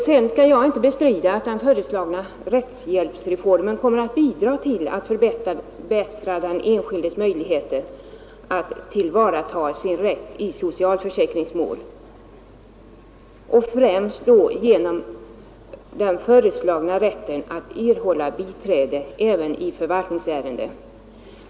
Vidare skall jag inte bestrida att den föreslagna rättshjälpsreformen kommer att bidra till att förbättra den enskildes möjligheter att tillvarata sin rätt i socialförsäkringsmål, främst genom den föreslagna rätten att erhålla biträde även i förvaltningsärenden.